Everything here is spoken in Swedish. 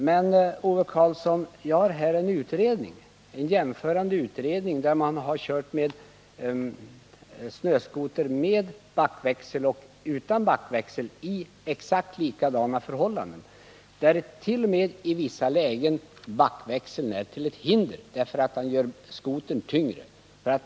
Men, Ove Karlsson, jag har här resultatet av en utredning, där man jämfört snöskotrar med backväxel och snöskotrar utan backväxel under exakt likadana förhållanden. Det visar sig att backväxeln i vissa lägen t.o.m. är till hinder, eftersom den gör skotern tyngre.